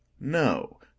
no